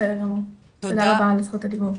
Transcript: בסדר גמור, תודה רבה על זכות הדיבור.